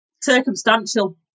circumstantial